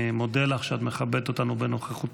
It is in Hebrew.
אני מודה לך שאת מכבדת אותנו בנוכחותך.